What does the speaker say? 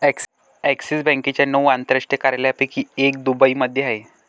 axis बँकेच्या नऊ आंतरराष्ट्रीय कार्यालयांपैकी एक दुबईमध्ये आहे